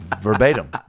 verbatim